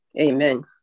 Amen